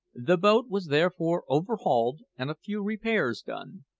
the boat was therefore overhauled and a few repairs done.